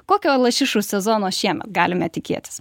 kokio lašišų sezono šiemet galime tikėtis